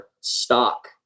stock